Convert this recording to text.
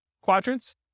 quadrants